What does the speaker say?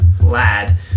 lad